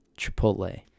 Chipotle